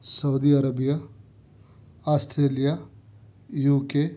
Saudi Arabia Australia UK